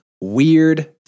weird